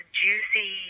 juicy